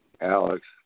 Alex